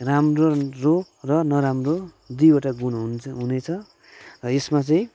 राम्रो र नराम्रो दुईवटा गुण हुन्छ हुनेछ यसमा चाहिँ